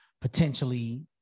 potentially